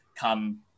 come